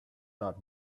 not